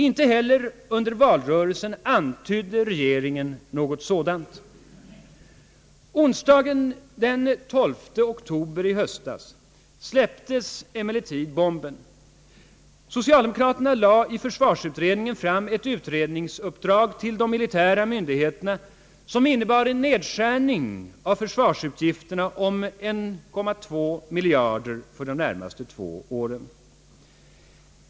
Inte heller under valrörelsen antydde regeringen något sådant. Onsdagen den 12 november släpptes emellertid >»bomben«. Socialdemokraterna lade i försvarsutredningen fram ett utredningsuppdrag till de militära myndigheterna, som innebar en nedskärning av försvarsutgifterna med 1,2 miljarder för de två närmaste åren.